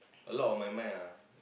a lot of my mind ah